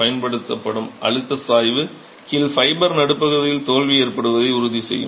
பயன்படுத்தப்படும் அழுத்த சாய்வு கீழ் ஃபைபர் நடுப்பகுதியில் தோல்வி ஏற்படுவதை உறுதி செய்யும்